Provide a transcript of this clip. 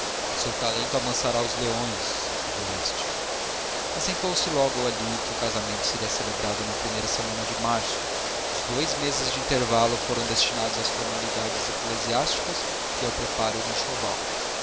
seu talento amansará os leões acudiu este assentou-se logo ali que o casamento seria celebrado na primeira semana de março os dois meses de intervalo foram destinados às formalidades eclesiásticas e